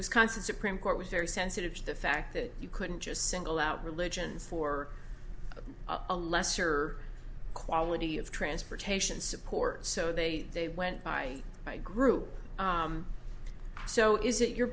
was constant supreme court was very sensitive to the fact that you couldn't just single out religions for a lesser quality of transportation support so they went by my group so is it your